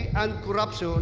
and corruption